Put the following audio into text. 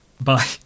Bye